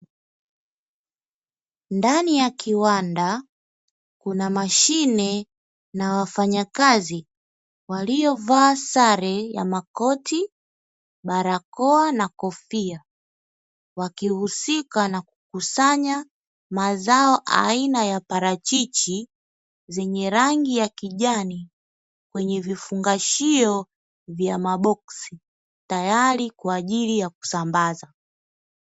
Ndani ya kiwanda kuna mashine na wafanyakazi walio vaa sare ya makoti, barakoa, na kofia wakihusika na kukusanya mazao aina ya parachichi zenye rangi ya kijani kwenye vifungashio vya maboksi tayari kwaajili ya kusambaza.